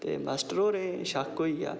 ते मास्टर होरें शक्क होई गेआ